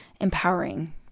empowering